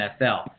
NFL